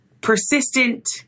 persistent